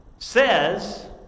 Says